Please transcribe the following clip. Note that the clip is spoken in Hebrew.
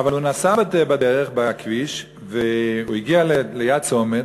אבל הוא נסע בכביש והוא הגיע ליד צומת,